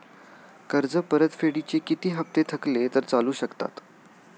कर्ज परतफेडीचे किती हप्ते थकले तर चालू शकतात?